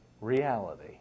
reality